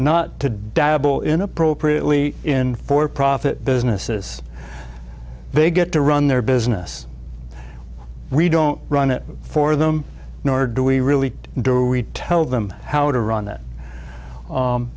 not to dabble in appropriately in for profit businesses they get to run their business we don't run it for them nor do we really do we tell them how to run that